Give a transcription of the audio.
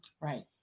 Right